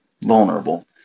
vulnerable